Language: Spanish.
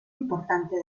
importante